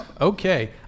Okay